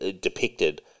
depicted